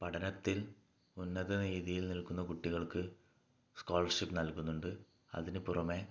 പഠനത്തിൽ ഉന്നത രീതിയിൽ നിൽക്കുന്ന കുട്ടികൾക്ക് സ്കോളർഷിപ്പ് നൽകുന്നുണ്ട് അതിന് പുറമെ